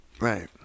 Right